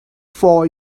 for